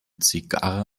zigarre